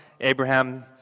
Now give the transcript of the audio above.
Abraham